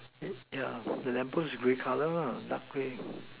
yeah the lamp post grey colour dark grey